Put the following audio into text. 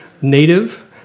native